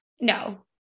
No